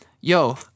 Yo